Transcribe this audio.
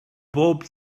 bob